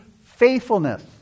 faithfulness